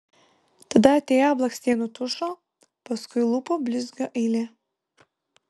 tada atėjo blakstienų tušo paskui lūpų blizgio eilė